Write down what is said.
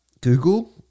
Google